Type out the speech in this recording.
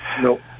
Nope